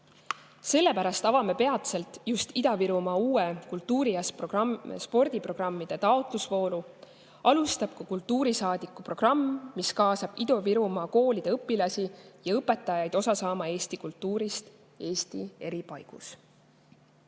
Sellepärast avame peatselt just Ida-Virumaal uue kultuuri- ja spordiprogrammide taotlusvooru. Alustab ka kultuurisaadiku programm, mis kaasab Ida-Virumaa koolide õpilasi ja õpetajaid osa saama Eesti kultuurist Eesti eri paigus.